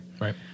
right